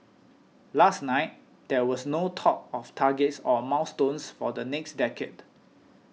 last night there was no talk of targets or milestones for the next decade